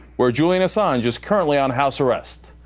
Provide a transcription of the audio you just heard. where julian assange is currently on house arrest.